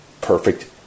perfect